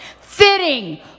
fitting